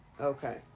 okay